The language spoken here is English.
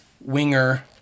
winger